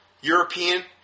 European